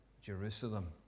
Jerusalem